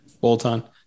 Bolton